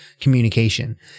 communication